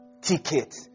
ticket